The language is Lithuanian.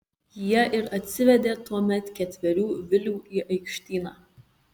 jie ir atsivedė tuomet ketverių vilių į aikštyną